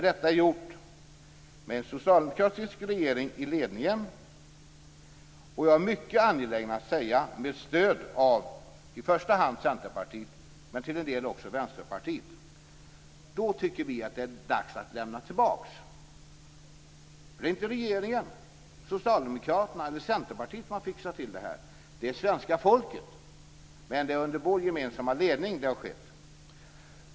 Det har skett med en socialdemokratisk regering i ledningen och, är jag mycket angelägen att säga, med stöd av i första hand Centerpartiet, men till en del också Vänsterpartiet. Då tycker vi att det är dags att lämna tillbaka. Det är inte regeringen, Socialdemokraterna eller Centerpartiet som har fixat till det här. Det är svenska folket. Men det är under vår gemensamma ledning som det har skett.